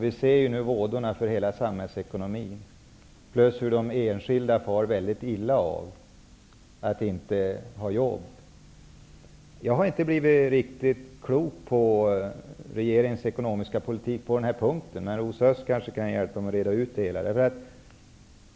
Vi kan nu se vådan för hela samhällsekonomin. Vi kan också se hur de enskilda far väldigt illa av att inte ha jobb. Jag har inte blivit riktigt klok på regeringens ekonomiska politik på den här punkten. Rosa Östh kan kanske hjälpa mig att reda ut begreppen.